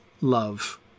love